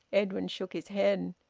edwin shook his head.